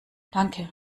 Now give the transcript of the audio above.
danke